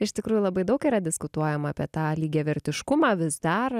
iš tikrųjų labai daug yra diskutuojama apie tą lygiavertiškumą vis dar